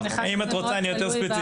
אם את רוצה אני אהיה יותר ספציפי.